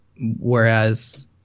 Whereas